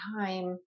time